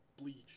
bleach